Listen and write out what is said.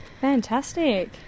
fantastic